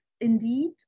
indeed